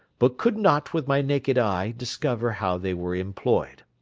but could not, with my naked eye, discover how they were employed.